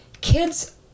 kids